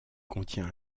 contient